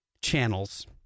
channels